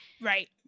Right